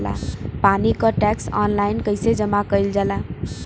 पानी क tax online कईसे जमा कईल जाला?